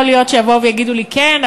יכול להיות שיבואו ויגידו לי: כן,